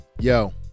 Yo